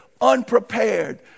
unprepared